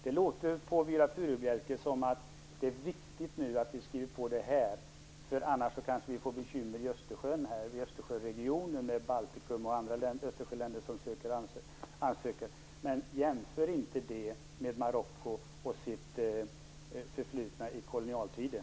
På Viola Furubjelke låter det som att det är viktigt att vi skriver på, annars kanske vi får bekymmer i Östersjöregionen med Baltikum och de Östersjöländer som ansöker. Jämför inte det med Marocko och dess förflutna i kolonialtiden.